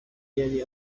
yari